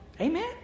Amen